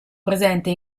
presente